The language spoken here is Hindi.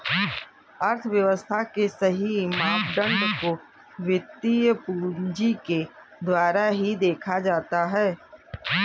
अर्थव्यव्स्था के सही मापदंड को वित्तीय पूंजी के द्वारा ही देखा जाता है